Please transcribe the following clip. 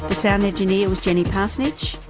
sound engineer was jenny parsonage,